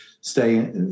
stay